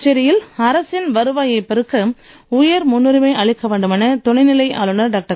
புதுச்சேரியில் அரசின் வருவாயைப் பெருக்க உயர் முன்னுரிமை அளிக்க வேண்டுமென துணைநிலை ஆளுனர் டாக்டர்